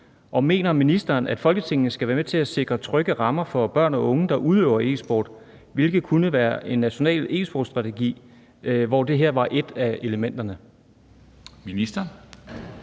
og mener ministeren, at Folketinget skal være med til at sikre trygge rammer for børn og unge, der udøver e-sport, hvilket kunne være gennem en national e-sport strategi, hvor det var et af elementerne? Formanden